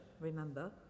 remember